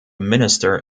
minister